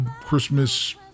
Christmas